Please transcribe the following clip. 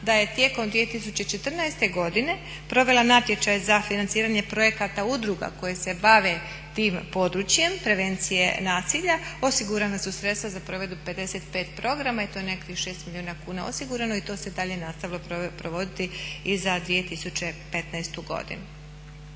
da je tijekom 2014. godine provela natječaje za financiranje projekata udruga koje se bave tim područjem prevencije nasilja osigurana su sredstva za provedbu 55 programa i to je nekakvih 6 milijuna kuna osigurano i to se dalje nastavilo provoditi i za 2015. godinu.